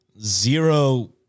zero